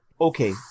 okay